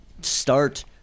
start